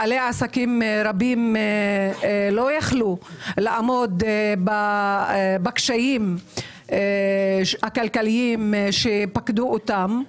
בעלי עסקים רבים לא יכלו לעמוד בקשיים הכלכליים שפקדו אותם,